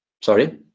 Sorry